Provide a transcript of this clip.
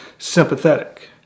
sympathetic